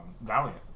Valiant